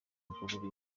rulindo